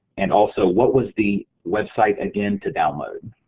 and also what was the website again to download?